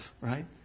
right